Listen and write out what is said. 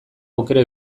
aukera